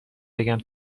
بگم